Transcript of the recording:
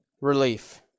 relief